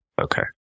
Okay